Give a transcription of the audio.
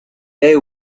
they